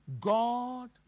God